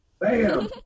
Bam